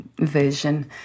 vision